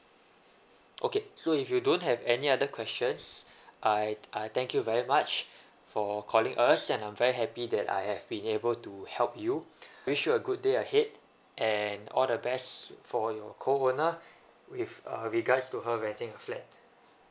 okay so if you don't have any other questions I I thank you very much for calling us and I'm very happy that I have been able to help you wish you a good day ahead and all the best for your co owner with uh regards to her renting a flat